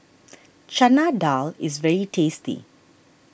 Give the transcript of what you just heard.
Chana Dal is very tasty